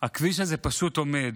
הכביש הזה פשוט עומד.